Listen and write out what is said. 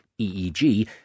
EEG